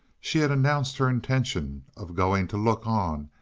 she had announced her intention of going to look on,